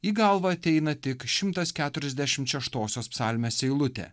į galvą ateina tik šimtas keturiasdešim šeštosios psalmės eilutė